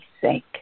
sake